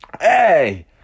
Hey